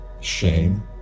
shame